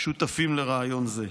שותפים לרעיון זה.